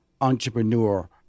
entrepreneur